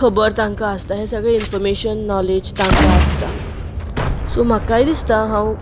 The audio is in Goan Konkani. खबर तांकां आसता हें सगळें इन्फोर्मेशन नॉलेज तांकां आसता सो म्हाकाय दिसतां हांव